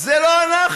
אלה לא אנחנו,